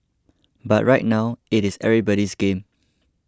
but right now it is everybody's game